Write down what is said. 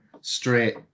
straight